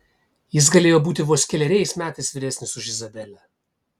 jis galėjo būti vos keleriais metais vyresnis už izabelę